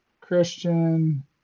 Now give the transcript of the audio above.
Christian